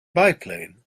biplane